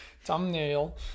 thumbnail